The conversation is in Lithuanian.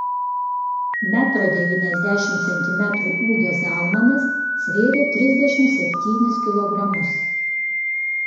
metro devyniasdešimt centimetrų ūgio zalmanas svėrė trisdešimt septynis kilogramus